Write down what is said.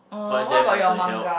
find them as a help